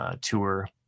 tour